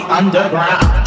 underground